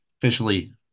officially